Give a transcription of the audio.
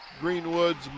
Greenwood's